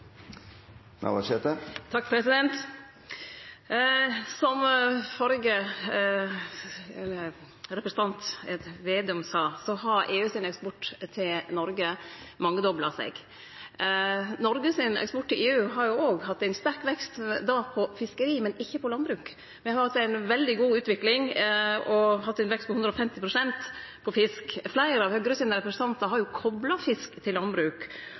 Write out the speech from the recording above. Som representanten Slagsvold Vedum sa, har EU sin eksport til Noreg mangedobla seg. Noreg sin eksport til EU har òg hatt ein sterk vekst – då på fiskeri, men ikkje på landbruk. Me har hatt ei veldig god utvikling og hatt ein vekst på 150 pst. på fisk. Fleire av Høgre sine representantar har kopla fisk til landbruk.